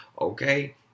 Okay